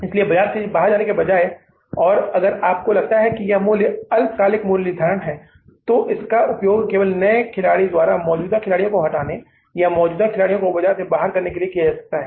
इसलिए बाजार से बाहर जाने के बजाय और अगर आपको लगता है कि यह मूल्य अल्पकालिक मूल्य निर्धारण है तो इसका उपयोग केवल नए खिलाड़ी द्वारा मौजूदा खिलाड़ियों को हटाने या मौजूदा खिलाड़ी को बाजार से बाहर करने के लिए किया जाता है